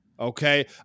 Okay